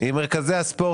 עם מרכזי הספורט,